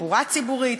תחבורה ציבורית,